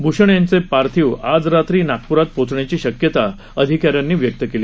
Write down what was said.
भूषण यांचे पार्थिव आज रात्री नागप्रात पोचण्याची शक्यता अधिकाऱ्यांनी व्यक्त केली